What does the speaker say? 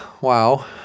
wow